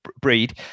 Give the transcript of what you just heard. breed